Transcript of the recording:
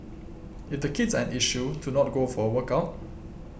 if the kids are an issue to not go for a workout